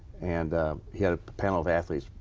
and he had a panel of athletes.